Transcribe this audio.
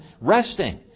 resting